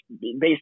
based